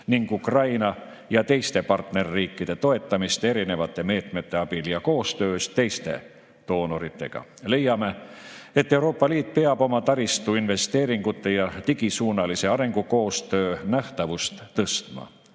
ning Ukraina ja teiste partnerriikide toetamist erinevate meetmete abil ja koostöös teiste doonoritega. Leiame, et Euroopa Liit peab oma taristuinvesteeringute ja digisuunalise arengukoostöö nähtavust tõstma,